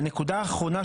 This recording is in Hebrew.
והנקודה האחרונה,